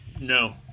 No